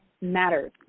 matters